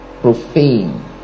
profane